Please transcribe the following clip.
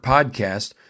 Podcast